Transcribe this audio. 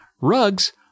Rugs